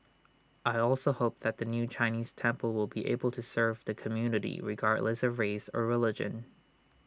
I also hope that the new Chinese temple will be able to serve the community regardless of race or religion